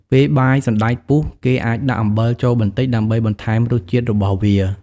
ពេលបាយសណ្ដែកពុះ គេអាចដាក់អំបិលចូលបន្តិចដើម្បីបន្ថែមរសជាតិរបស់វា។